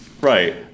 Right